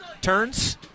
Turns